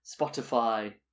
Spotify